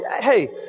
Hey